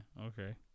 okay